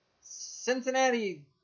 Cincinnati